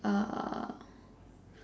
uh